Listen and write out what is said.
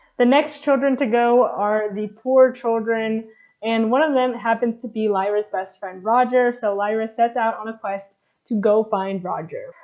the next children to go are the poor children and one of them happens to be lyra's best friend roger. so lyra sets out on a quest to go find roger.